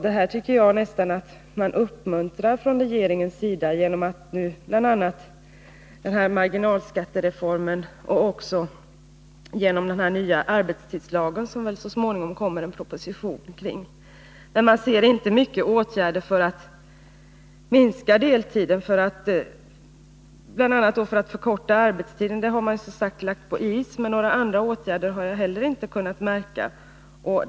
Det här tycker jag nästan att man uppmuntrar från regeringens sida, bl.a. genom marginalskattereformen men också genom den nya arbetstidslagen, som det väl så småningom kommer en proposition om. Däremot ser jag inte många åtgärder för att minska deltiden. Förkortningen av arbetstiden har man som sagt lagt på is, och några andra åtgärder har jag heller inte kunnat märka.